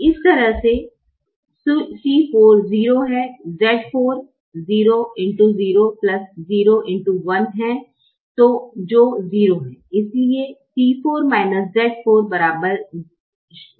इसी तरह से C 4 0 है Z 4 है जो 0 है इसलिए C 4 Z 4 0 है